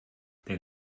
der